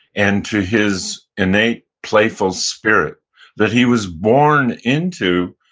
and to his innate playful spirit that he was born into,